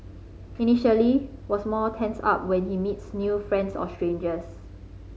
initially was more tensed up when he meets new friends or strangers